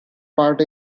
part